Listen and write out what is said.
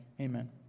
Amen